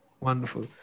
wonderful